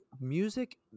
music